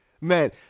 man